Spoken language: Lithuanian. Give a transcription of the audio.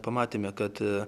pamatėme kad